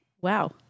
Wow